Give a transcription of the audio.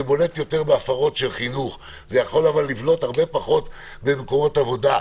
בולטות יותר בהפרות של חינוך והרבה פחות במקומות עבודה.